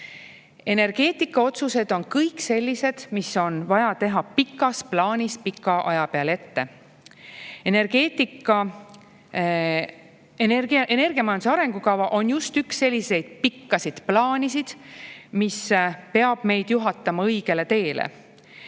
Energeetikaotsused on kõik sellised, mis on vaja teha pikas plaanis, pika aja peale ette. Energiamajanduse arengukava on just üks selline pikk plaan, mis peab meid juhatama õigele teele.